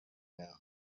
now